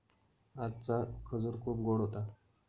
आजचा खजूर खूप गोड होता